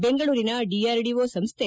ಬೆಂಗಳೂರಿನ ಡಿಆರ್ಡಿಓ ಸಂಸ್ಲೆ